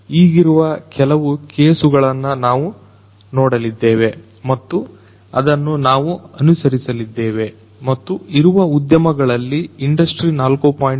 ಹಾಗಾಗಿ ಈಗಿರುವ ಕೆಲವು ಕೇಸುಗಳನ್ನು ನಾವು ನೋಡಲಿದ್ದೇವೆ ಮತ್ತು ಅದನ್ನು ನಾವು ಅನುಸರಿಸಲಿದ್ದೇವೆ ಮತ್ತು ಇರುವ ಉದ್ಯಮಗಳಲ್ಲಿ ಇಂಡಸ್ಟ್ರಿ 4